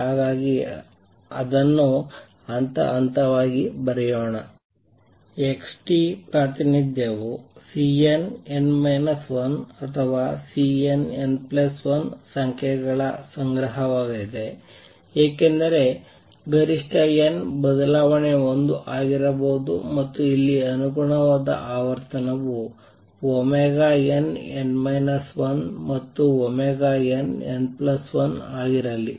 ಹಾಗಾಗಿ ಅದನ್ನು ಹಂತ ಹಂತವಾಗಿ ಬರೆಯೋಣ x ಪ್ರಾತಿನಿಧ್ಯವು Cnn 1 ಅಥವಾ Cnn1 ಸಂಖ್ಯೆಗಳ ಸಂಗ್ರಹವಾಗಲಿದೆ ಏಕೆಂದರೆ ಗರಿಷ್ಠ n ಬದಲಾವಣೆ 1 ಆಗಿರಬಹುದು ಮತ್ತು ಇಲ್ಲಿ ಅನುಗುಣವಾದ ಆವರ್ತನವು nn 1 ಮತ್ತು nn1 ಆಗಿರಲಿ